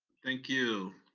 thank you.